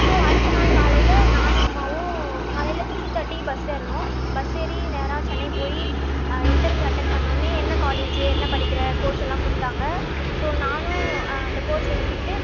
so அடுத்த நாள் காலையில் நானும் அம்மாவும் காலையில் த்ரீ தேர்ட்டிக்கு பஸ் ஏறணும் பஸ் ஏறி நேராக சென்னை போய் இண்டெர்வியூ அட்டென் பண்ணவொடனே என்ன காலேஜ் என்ன படிக்கிற கோர்ஸெல்லாம் கொடுத்தாங்க ஸோ நானும் அந்த கோர்ஸ் எடுத்துக்கிட்டு